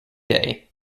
day